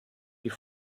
die